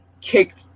kicked